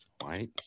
White